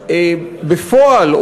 בפועל,